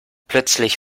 plötzlich